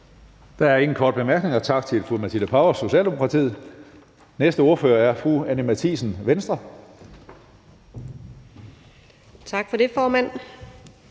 Der er ingen korte bemærkninger. Tak til fru Matilde Powers, Socialdemokratiet. Næste ordfører er fru Anni Matthiesen, Venstre. Kl. 14:56 (Ordfører)